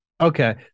Okay